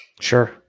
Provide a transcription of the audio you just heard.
sure